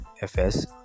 fs